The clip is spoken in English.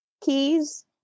keys